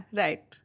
right